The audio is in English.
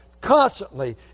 constantly